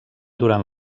durant